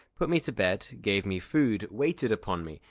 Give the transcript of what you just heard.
put me to bed, gave me food, waited upon me,